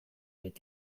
zait